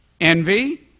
envy